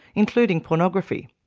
including pornography.